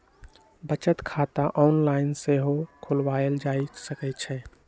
बचत खता ऑनलाइन सेहो खोलवायल जा सकइ छइ